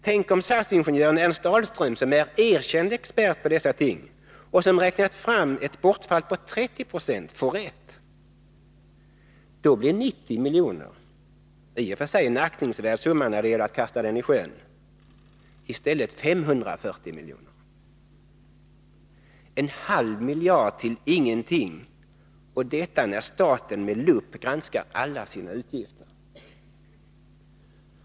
Tänk om SAS-ingenjören Ernst Ahlström, som är erkänd expert på dessa ting och som räknat fram ett bortfall på 30 96, får rätt! Då blir 90 miljoner — i och för sig en aktningsvärd summa när det gäller att kasta den i sjön — i stället 540 miljoner! En halv miljard till ingenting, och detta när staten med lupp granskar alla sina utgifter.